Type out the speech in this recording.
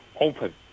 open